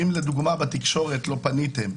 אם לדוגמה בתקשורת לא פניתם,